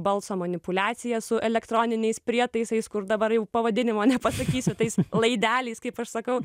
balso manipuliacija su elektroniniais prietaisais kur dabar jau pavadinimo nepasakysiu tais laideliais kaip aš sakau